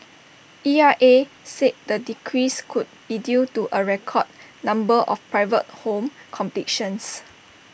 E R A said the decrease could be due to A record number of private home completions